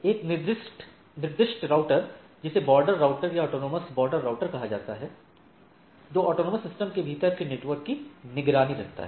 एक निर्दिष्ट राउटर है जिसे बॉर्डर राउटर या ऑटॉनमस बॉर्डर राउटर कहा जाता है जो ऑटॉनमस सिस्टम के भीतर के नेटवर्क की निगरानी रखता है